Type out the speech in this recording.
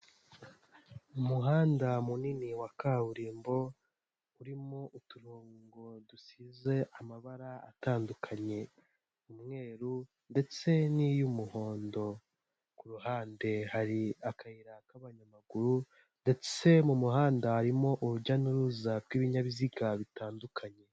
Umuhanda munini wa kaburimbo, urimo uturongo dusize amabara atandukanye, umweru ndetse n'iy'umuhondo, ku ruhande hari akayira k'abanyamaguru, ndetse mu muhanda harimo urujya n'uruza rw'ibinyabiziga bitandukanye.